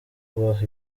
kubaha